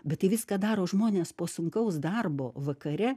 bet tai viską daro žmonės po sunkaus darbo vakare